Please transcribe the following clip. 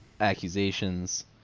accusations